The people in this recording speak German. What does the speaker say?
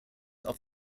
auf